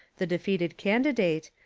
the defeated candidate,